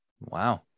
wow